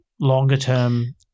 longer-term